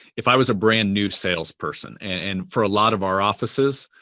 if i was a brand-new sales person, and for a lot of our offices